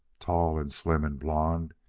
tall and slim and blond,